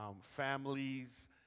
families